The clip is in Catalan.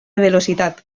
velocitat